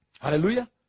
Hallelujah